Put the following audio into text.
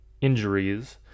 injuries